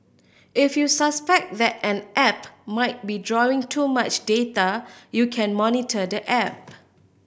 if you suspect that an app might be drawing too much data you can monitor the app